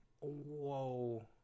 whoa